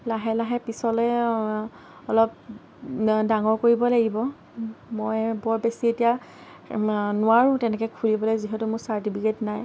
লাহে লাহে পিছলৈ অলপ ডাঙৰ কৰিব লাগিব মই বৰ বেছি এতিয়া নোৱাৰোঁ তেনেকৈ খুলিবলৈ যিহেতু মোৰ ছাৰ্টিফিকেট নাই